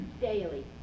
Daily